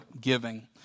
giving